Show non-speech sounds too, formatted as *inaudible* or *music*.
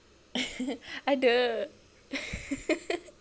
*laughs* ada *laughs*